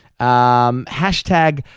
hashtag